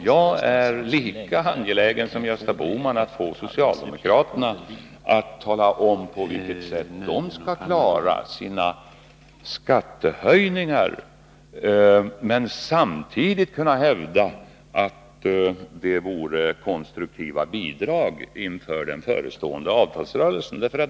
Jag är lika angelägen som Gösta Bohman om att få socialdemokraterna att tala om på vilket sätt de skall klara sina skattehöjningar och samtidigt kunna hävda att de vore konstruktiva bidrag inför den förestående avtalsrörelsen.